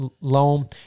loan